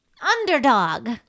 underdog